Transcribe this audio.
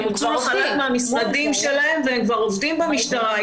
הם הוצאו לחל"ת מן המשרדים שלהם והם כבר עובדים במשטרה.